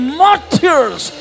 martyrs